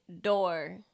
door